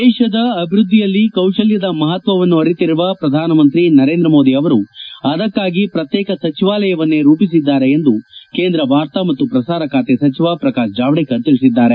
ದೇಶದ ಅಭಿವ್ಯದ್ದಿಯಲ್ಲಿ ಕೌಶಲ್ತದ ಮಪತ್ವವನ್ನು ಅರಿತಿರುವ ಪ್ರಧಾನಮಂತ್ರಿ ನರೇಂದ್ರಮೋದಿ ಅವರು ಅದಕ್ಷಾಗಿ ಪ್ರತ್ಯೇಕ ಸಚಿವಾಲಯವನ್ನೇ ರೂಪಿಸಿದ್ದಾರೆ ಎಂದು ಕೇಂದ್ರ ವಾರ್ತಾ ಮತ್ತು ಪ್ರಸಾರ ಖಾತೆ ಸಚಿವ ಪ್ರಕಾಶ್ ಜಾವ್ದೇಕರ್ ತಿಳಿಸಿದ್ದಾರೆ